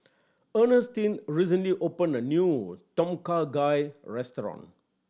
Earnestine recently opened a new Tom Kha Gai restaurant